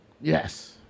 Yes